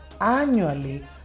annually